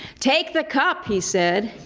take the cup, he said.